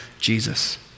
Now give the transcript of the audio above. Jesus